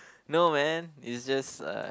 no man it's just uh